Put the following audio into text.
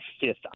fifth